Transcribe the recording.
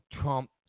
Trump